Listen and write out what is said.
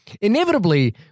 inevitably